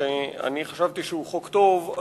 שאני חשבתי שהוא חוק טוב,